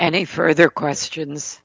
any further questions